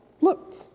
look